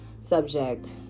subject